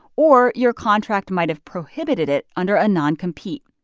or your contract might have prohibited it under a noncompete.